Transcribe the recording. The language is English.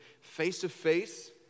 face-to-face